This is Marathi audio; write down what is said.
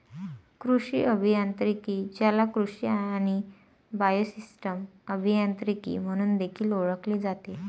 कृषी अभियांत्रिकी, ज्याला कृषी आणि बायोसिस्टम अभियांत्रिकी म्हणून देखील ओळखले जाते